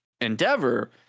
endeavor